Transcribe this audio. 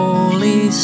Holy